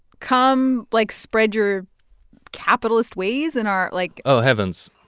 come, like, spread your capitalist ways in our like. oh, heavens,